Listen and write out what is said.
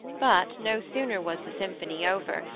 but no sooner was the symphony over,